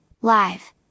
live